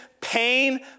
pain